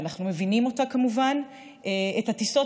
אדוני,